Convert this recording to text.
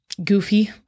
Goofy